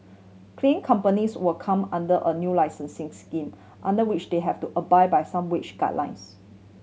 clean companies will come under a new licensing scheme under which they have to abide by some wage guidelines